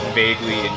vaguely